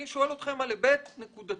אני שואל אתכם על היבט נקודתי